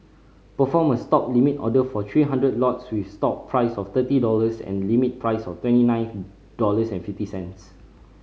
perform a Stop limit order for three hundred lots with stop price of thirty dollars and limit price of twenty nine dollars and fifty cents